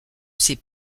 ces